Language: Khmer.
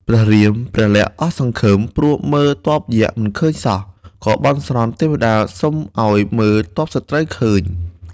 ព្រះរាម ព្រះលក្សណ៍អស់សង្ឃឹម ព្រោះមើលទ័ពយក្សមិនឃើញសោះ ក៏បន់ស្រន់ទេវតាសុំឱ្យមើលទ័ពសត្រូវឃើញ។